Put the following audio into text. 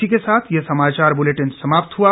इसी के साथ ये समाचार बुलेटिन समाप्त हुआ